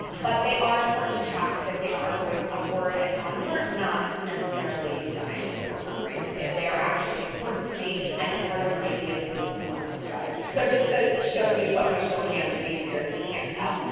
but they are important to track that they are going upward and onward, not necessarily dying for some reason if they are actually important to me and a part of my daily, weekly, monthly strategy. so just to show you what my shorthand means here, if you can't tell,